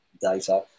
data